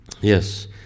yes